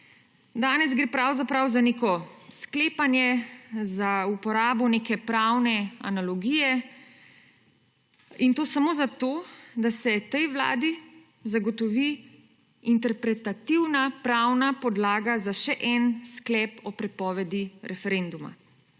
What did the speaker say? Danes gre pravzaprav za neko sklepanje, za uporabo neke pravne analogije, in to samo zato, da se tej vladi zagotovi interpretativna pravna podlaga za še en sklep o prepovedi referenduma.